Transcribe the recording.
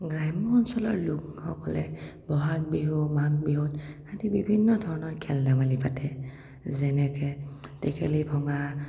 গ্ৰাম্য অঞ্চলৰ লোকসকলে বহাগ বিহু মাঘ বিহুত আদি বিভিন্ন ধৰণৰ খেল ধেমালি পাতে যেনেকে টেকেলি ভঙা